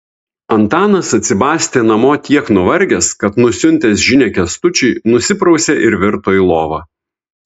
antanas atsibastė namo tiek nuvargęs kad nusiuntęs žinią kęstučiui nusiprausė ir virto į lovą